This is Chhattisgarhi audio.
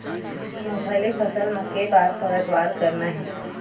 मूंगफली फसल म के बार पलटवार करना हे?